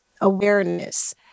awareness